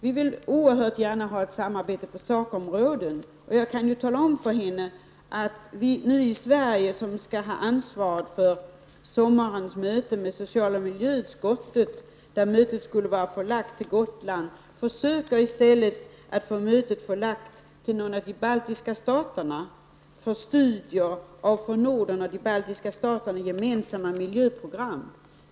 Vi vill oerhört gärna ha ett samarbete på olika sakområden, och jag kan tala om för Margaretha af Ugglas att Sverige som har ansvaret för sommarens möte med socialoch miljöutskottet — ett möte som var tänkt att förläggas till Gotland — försöker få mötet förlagt till någon av de baltiska staterna för att vi skall kunna studera de för Norden och de baltiska staterna gemensamma miljöprogrammen.